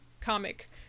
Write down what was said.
comic